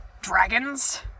dragons